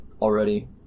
already